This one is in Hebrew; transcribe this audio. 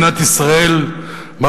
במדינת ישראל יש,